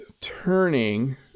turning